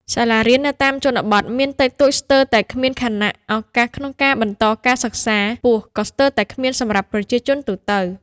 សាលារៀននៅតាមជនបទមានតិចតួចស្ទើរតែគ្មាន ខណៈឱកាសក្នុងការបន្តការសិក្សាខ្ពស់ក៏ស្ទើរតែគ្មានសម្រាប់ប្រជាជនទូទៅ។